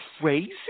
crazy